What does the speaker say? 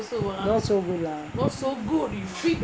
no so good lah